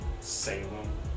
Salem